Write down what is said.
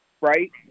right